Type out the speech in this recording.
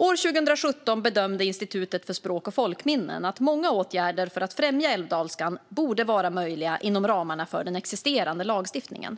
År 2017 bedömde Institutet för språk och folkminnen att många åtgärder för att främja älvdalskan borde vara möjliga inom ramarna för den existerande lagstiftningen.